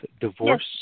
divorce